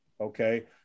Okay